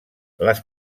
les